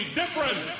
different